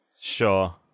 Sure